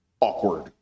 awkward